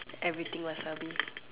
everything wasabi